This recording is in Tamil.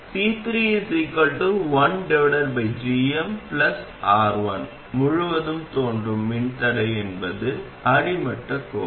C3 R1 முழுவதும் தோன்றும் மின்தடை என்பது அடிமட்டக் கோடு